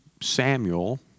Samuel